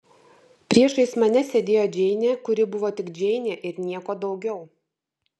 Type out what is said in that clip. priešais mane sėdėjo džeinė kuri buvo tik džeinė ir nieko daugiau